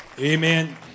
Amen